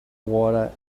water